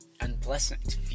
unpleasant